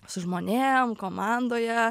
su žmonėm komandoje